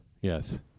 Yes